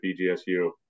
BGSU